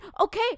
Okay